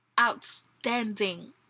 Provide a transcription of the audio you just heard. outstanding